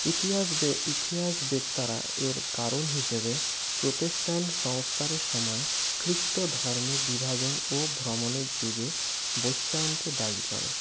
ইতিহাসবিদ ইতিহাসবিদরা এর কারণ হিসেবে প্রতিষ্ঠান সংস্কারের সময় খ্রিস্টধর্মের বিভাজন ও ভ্রমণের যুগে বৈশ্বয়নকে দায়ী করে